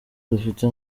dufite